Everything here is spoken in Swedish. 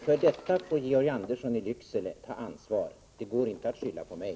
För detta får Georg Andersson i Lycksele ta ansvar. Det går inte att skylla på mig.